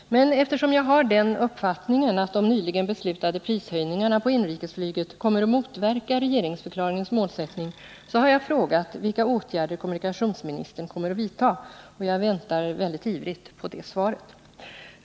Men eftersom jag har den uppfattningen att de nyligen beslutade prishöjningarna på inrikesflyget kommer att motverka regeringsförklaringens målsättning, har jag frågat vilka åtgärder kommunikationsministern kommer att vidta. Jag väntar ivrigt på det svaret.